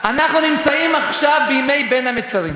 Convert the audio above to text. אנחנו נמצאים עכשיו בימי בין המצרים.